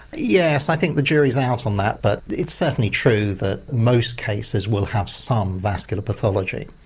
yes, i think the jury's out on that but it's certainly true that most cases will have some vascular pathology.